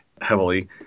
heavily